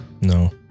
no